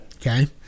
Okay